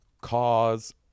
cause